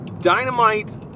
Dynamite